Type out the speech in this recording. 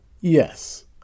yes